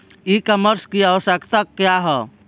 ई कॉमर्स की आवशयक्ता क्या है?